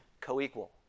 co-equal